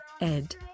Ed